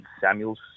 Samuels